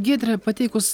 giedre pateikus